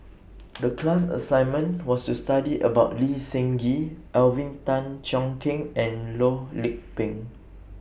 The class assignment was to study about Lee Seng Gee Alvin Tan Cheong Kheng and Loh Lik Peng